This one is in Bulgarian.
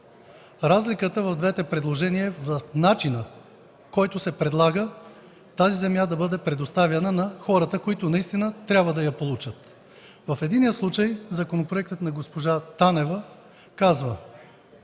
Разликата в двете предложения е в начина, по който се предлага тази земя да бъде предоставена на хората, които наистина трябва да я получат. В единия случай законопроектът на госпожа Танева казва